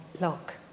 lock